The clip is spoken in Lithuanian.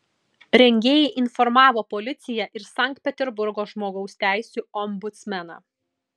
rengėjai informavo policiją ir sankt peterburgo žmogaus teisių ombudsmeną